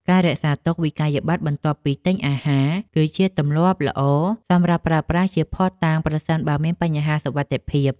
ការរក្សាទុកវិក្កយបត្របន្ទាប់ពីទិញអាហារ គឺជាទម្លាប់ល្អសម្រាប់ប្រើប្រាស់ជាភស្តុតាងប្រសិនបើមានបញ្ហាសុវត្ថិភាព។